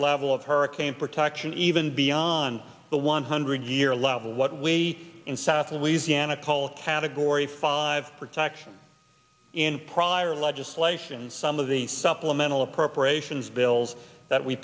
level of hurricane protection even beyond the one hundred year level what we in south louisiana call a category five protection in prior legislation some of the supplemental appropriations bills that we